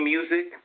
Music